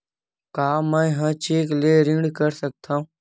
का मैं ह चेक ले ऋण कर सकथव?